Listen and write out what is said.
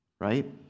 right